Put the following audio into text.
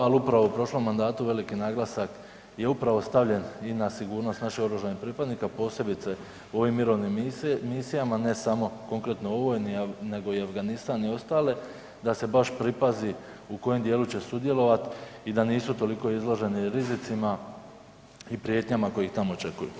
Ali upravo u prošlom mandatu veliki naglasak je upravo stavljen i na sigurnost naših oružanih pripadnika, posebice u ovim mirovnim misijama, ne samo konkretno u ovoj nego i Afganistan i ostale da se baš pripazi u kojem dijelu će sudjelovat i da nisu toliko izloženi rizicima i prijetnjama koji ih tamo očekuju.